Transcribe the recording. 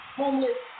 homeless